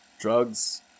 drugs